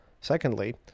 secondly